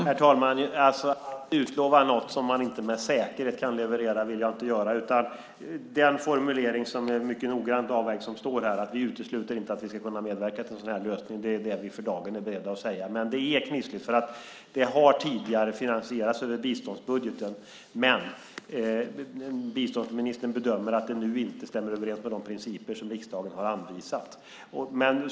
Herr talman! Utlova något som man inte med säkerhet kan leverera vill jag inte göra. Den formulering som är mycket noggrant avvägd som står här, att vi inte utesluter att vi ska kunna medverka till en sådan här lösning, är det vi för dagen är beredda att säga. Men det är knepigt, för detta har tidigare finansierats över biståndsbudgeten, men biståndsministern bedömer att det nu inte stämmer överens med de principer som riksdagen har anvisat.